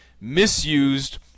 misused